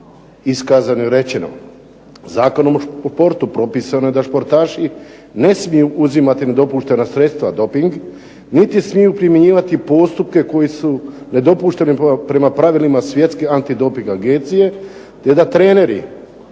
iskazano i rečeno. Zakonom o športu propisano je da sportaši ne smiju uzimati nedopuštena sredstva doping, niti smiju primjenjivati postupke koji su nedopušteni prema pravilima Svjetske antidoping agencije, te da treneri,